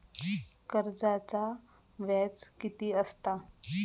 कर्जाचा व्याज कीती असता?